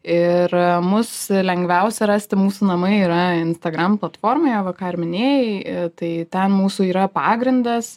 ir mus lengviausia rasti mūsų namai yra instagram platformoje va ką ir minėjai tai ten mūsų yra pagrindas